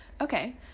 Okay